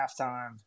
halftime